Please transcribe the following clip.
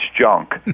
junk